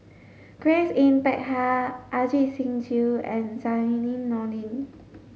Grace Yin Peck Ha Ajit Singh Gill and Zainudin Nordin